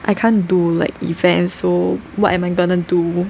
I can't do like events so what am I gonna do